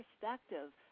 perspective